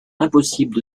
impossible